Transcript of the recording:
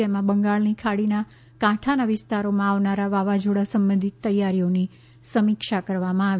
જેમાં બંગાળની ખાડીના કાંઠાના વિસ્તારોમાં આવનારા વાવાઝોડા સંબંધિત તૈયારીઓની સમીક્ષા કરવામાં આવી